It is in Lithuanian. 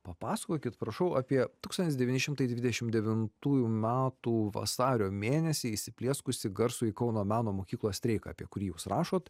papasakokit prašau apie tūkstantis devyni šimtai dvidešim devintųjų metų vasario mėnesį įsiplieskusį garsųjį kauno meno mokyklos streiką apie kurį jūs rašot